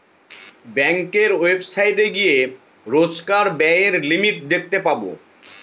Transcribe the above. ব্যাঙ্কের ওয়েবসাইটে গিয়ে রোজকার ব্যায়ের লিমিট দেখতে পাবো